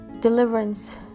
deliverance